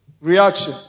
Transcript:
reaction